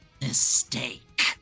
Mistake